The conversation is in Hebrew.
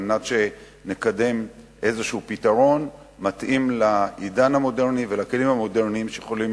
על מנת שנקדם איזה פתרון מתאים לעידן המודרני ולכלים המודרניים שיכולים